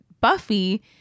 Buffy